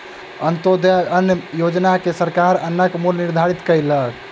अन्त्योदय अन्न योजना में सरकार अन्नक मूल्य निर्धारित कयलक